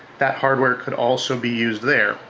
that hardware could also be used there.